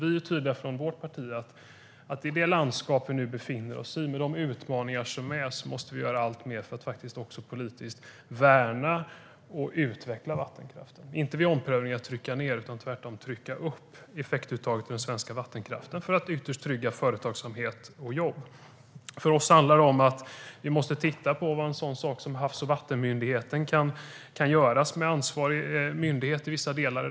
Vårt parti är tydligt med att vi i det landskap vi nu befinner oss i, med de utmaningar som finns, måste göra alltmer för att politiskt värna och utveckla vattenkraften, inte vid omprövningar trycka ned utan tvärtom trycka upp effektuttaget i den svenska vattenkraften för att ytterst trygga företagsamhet och jobb. För oss handlar det om att titta på vad Havs och vattenmyndigheten kan göra som ansvarig myndighet i vissa delar.